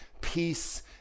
peace